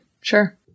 Sure